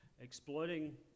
exploiting